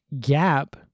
gap